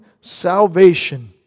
salvation